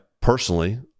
personally